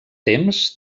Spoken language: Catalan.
temps